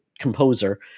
Composer